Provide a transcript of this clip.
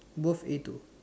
both a two